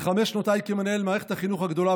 בחמש שנותיי כמנהל מערכת החינוך הגדולה